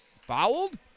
fouled